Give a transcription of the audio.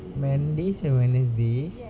mondays and wednesdays